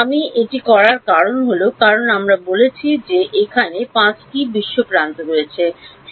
আমি এটি করার কারণটি হল কারণ আমরা বলেছি যে এখানে 5 টি বিশ্ব প্রান্ত রয়েছে